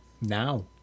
Now